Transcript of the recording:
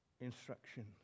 instructions